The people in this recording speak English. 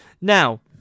now